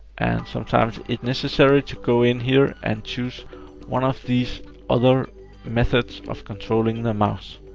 and sometimes it's necessary to go in here and choose one of these other methods of controlling the mouse.